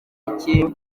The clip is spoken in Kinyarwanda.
iki